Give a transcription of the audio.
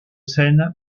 scène